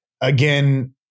again